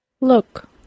Look